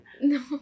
No